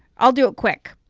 i'll do it quick.